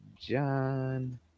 John